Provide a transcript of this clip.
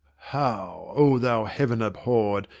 how, o thou heaven-abhorred!